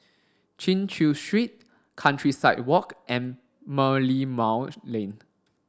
Chin Chew Street Countryside Walk and Merlimau Lane